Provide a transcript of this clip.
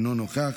אינו נוכח,